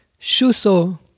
SHUSO